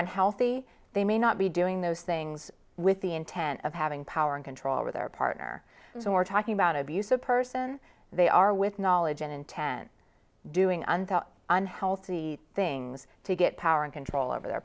unhealthy they may not be doing those things with the intent of having power and control over their partner so we're talking about abusive person they are with knowledge and intent doing on top unhealthy things to get power and control over their